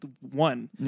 One